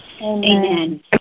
Amen